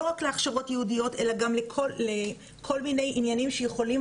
לא רק להכשרות ייעודיות אלא גם לכל מיני עניינים שיכולים